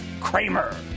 Kramer